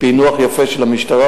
פענוח יפה של המשטרה,